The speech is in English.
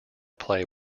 play